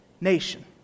nation